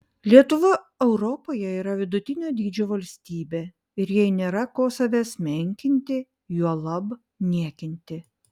lietuva europoje yra vidutinio dydžio valstybė ir jai nėra ko savęs menkinti juolab niekinti